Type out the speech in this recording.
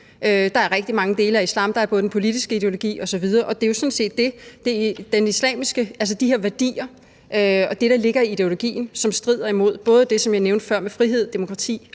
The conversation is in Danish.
Der er rigtig mange dele af islam. Der er den politiske ideologi osv., og det er jo sådan set de her værdier og det, der ligger i ideologien, som strider imod både det, som jeg nævnte før med frihed, demokrati